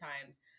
times